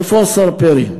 איפה השר פרי?